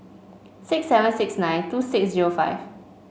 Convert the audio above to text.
six seven six nine two six zero five